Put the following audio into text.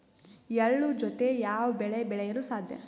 ಎಳ್ಳು ಜೂತೆ ಯಾವ ಬೆಳೆ ಬೆಳೆಯಲು ಸಾಧ್ಯ?